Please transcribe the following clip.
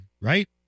right